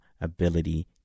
ability